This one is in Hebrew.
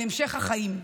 על המשך החיים.